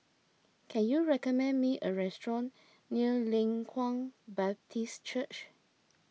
can you recommend me a restaurant near Leng Kwang Baptist Church